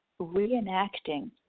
reenacting